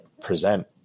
present